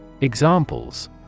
Examples